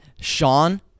Sean